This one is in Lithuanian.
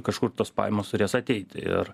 kažkur tos pajamos turės ateiti ir